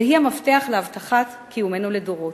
והיא המפתח להבטחת קיומנו לדורות.